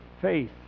faith